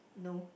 no